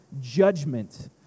judgment